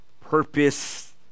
purpose